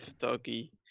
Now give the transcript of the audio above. doggy